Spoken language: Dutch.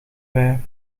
wei